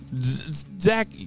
Zach